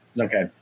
Okay